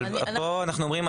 פה אנחנו אומרים,